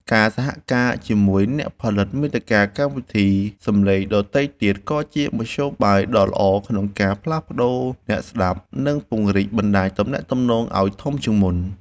ការសហការជាមួយអ្នកផលិតកម្មវិធីសំឡេងដទៃទៀតក៏ជាមធ្យោបាយដ៏ល្អក្នុងការផ្លាស់ប្តូរអ្នកស្តាប់ និងពង្រីកបណ្តាញទំនាក់ទំនងឱ្យធំជាងមុន។